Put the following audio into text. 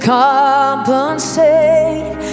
compensate